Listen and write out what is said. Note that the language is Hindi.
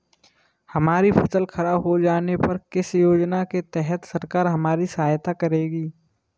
हमारी फसल खराब हो जाने पर किस योजना के तहत सरकार हमारी सहायता करेगी?